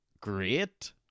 great